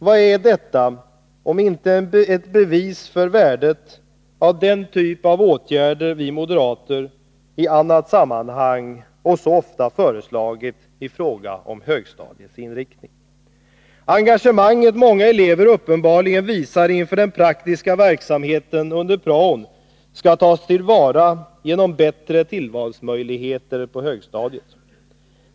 Vad är detta, om inte ett bevis för värdet av den typ av åtgärder som vi moderater i andra sammanhang så ofta föreslagit i fråga om högstadiets inriktning. Det engagemang många elever uppenbarligen visar inför den praktiska verksamheten under praon måste tas till vara genom att man erbjuder bättre tillvalsmöjligheter på högstadiet.